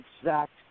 exact